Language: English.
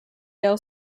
yale